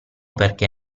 perché